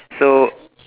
so